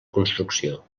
construcció